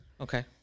Okay